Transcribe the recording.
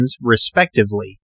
respectively